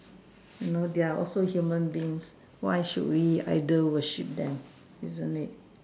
you know they are also human beings why should we idol worship them isn't it